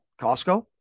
Costco